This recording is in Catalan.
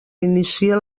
inicia